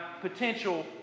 potential